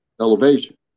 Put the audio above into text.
elevation